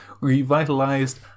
revitalized